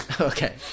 okay